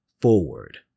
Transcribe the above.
forward